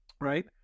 right